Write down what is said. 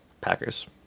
Packers